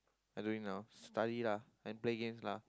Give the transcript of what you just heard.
I don't really know study lah and play games lah